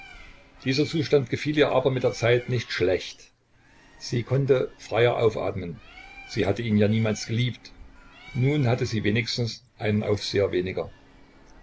dieser zustand gefiel ihr aber mit der zeit nicht schlecht sie konnte freier aufatmen sie hatte ihn ja niemals geliebt nun hatte sie wenigstens einen aufseher weniger